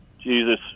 Jesus